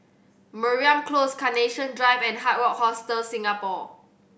Mariam Close Carnation Drive and Hard Rock Hostel Singapore